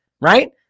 right